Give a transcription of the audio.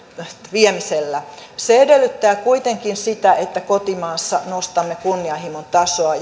viemisellä se edellyttää kuitenkin sitä että kotimaassa nostamme kunnianhimon tasoa